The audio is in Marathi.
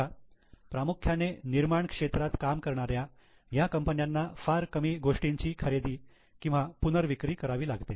बघा प्रामुख्याने निर्माण क्षेत्रात काम करणाऱ्या या कंपन्यांना फार कमी गोष्टींची खरेदी किंवा पुनर्विक्री करावी लागते